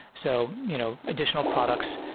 so you know additional products,